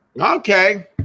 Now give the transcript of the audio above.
Okay